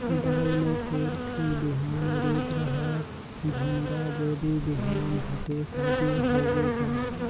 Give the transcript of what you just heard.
दाल मे कुरथी बिहान, उरीद, रहर, झुनगा, बोदी बिहान भटेस आदि होगे का?